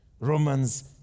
Romans